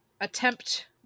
attempt